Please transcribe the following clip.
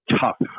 tough